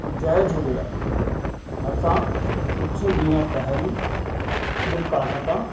जय झूलेलाल असां कुझु ॾींहं पहिरीं फ़्लिप कार्ड तां